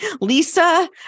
Lisa